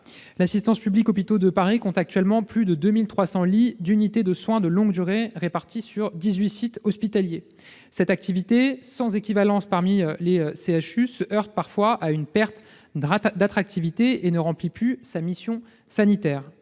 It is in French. L'Assistance publique-Hôpitaux de Paris compte actuellement plus de 2 300 lits en unité de soins de longue durée répartis sur 18 sites hospitaliers. Cette activité, sans équivalence parmi les CHU, se heurte parfois à une perte d'attractivité et ne remplit plus sa mission sanitaire.